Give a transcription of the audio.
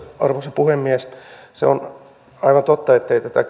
arvoisa puhemies se on aivan totta ettei tätä